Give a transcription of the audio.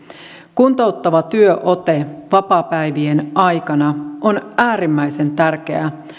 kuntouttava työote vapaapäivien aikana on äärimmäisen tärkeää